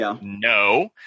no